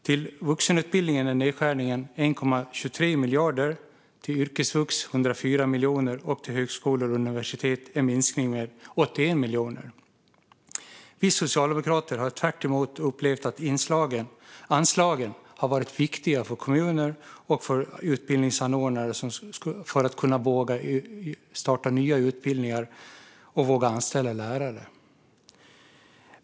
För vuxenutbildning är nedskärningen 1,23 miljarder. För yrkesvux är den 104 miljoner. Och för högskolor och universitet är det en minskning med 81 miljoner. Vi socialdemokrater har tvärtemot upplevt att anslagen har varit viktiga för att kommuner och utbildningsanordnare ska våga starta nya utbildningar och våga anställa lärare.